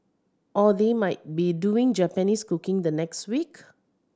or they might be doing Japanese cooking the next week